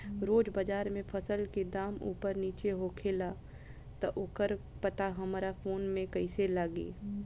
रोज़ बाज़ार मे फसल के दाम ऊपर नीचे होखेला त ओकर पता हमरा फोन मे कैसे लागी?